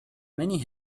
many